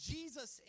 Jesus